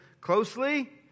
closely